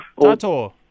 Tato